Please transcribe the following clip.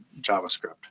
JavaScript